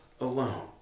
alone